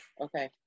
Okay